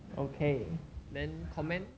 okay then comments